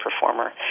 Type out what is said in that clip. performer